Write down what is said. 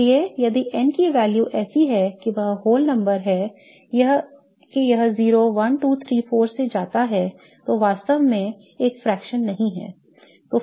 इसलिए यदि n की value ऐसी है कि यह whole number है कि यह 0 1 2 3 4 से जाता है तो वास्तव में एक fraction नहीं है